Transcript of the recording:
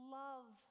love